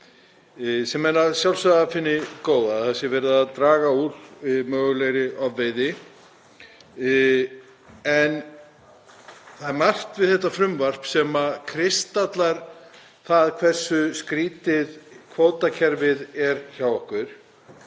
sem er að sjálfsögðu af hinu góða — að það sé dregið úr mögulegri ofveiði. En það er margt við þetta frumvarp sem kristallar það hversu skrýtið kvótakerfið er hjá okkur.